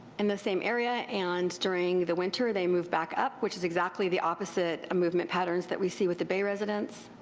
and the same area and during the winter they move back up, which is exactly the opposite movement patterns that we see with the bay residents.